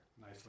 nice